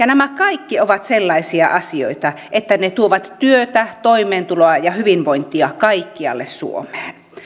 nämä kaikki ovat sellaisia asioita että ne tuovat työtä toimeentuloa ja hyvinvointia kaikkialle suomeen